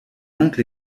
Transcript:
oncle